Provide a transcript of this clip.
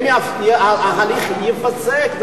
ההליך ייפסק.